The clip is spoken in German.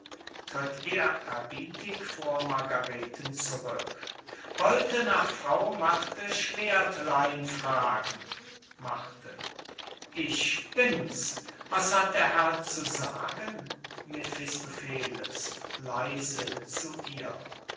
tritt ehrerbietig vor margareten zurück wollte nach frau marthe schwerdlein fragen ich bin's was hat der herr zu sagen mephistopheles leise zu ihr